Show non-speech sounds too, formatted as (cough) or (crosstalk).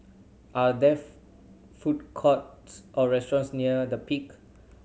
are there (unintelligible) food courts or restaurants near The Peak